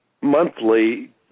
monthly